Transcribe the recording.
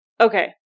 okay